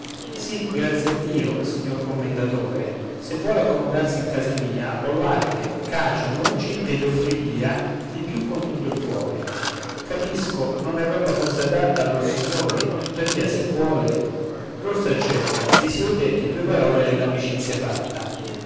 sì grazie a dio signor commendatore se vuol accomodarsi in casa mia ho latte cacio noci ed offriria di più con tutto il cuore capisco non è roba forse adatta a lor signori tuttavia se vuole l'orso accetta si siede e in due parole è l'amicizia fatta